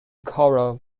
coral